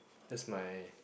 that's my